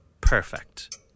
Perfect